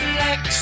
Flex